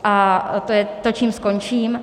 A to je to, čím skončím.